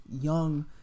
young